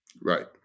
Right